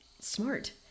Smart